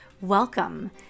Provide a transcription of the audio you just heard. Welcome